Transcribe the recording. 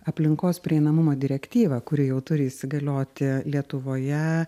aplinkos prieinamumo direktyvą kuri jau turi įsigalioti lietuvoje